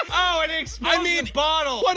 um oh and it explodes and the and bottle. but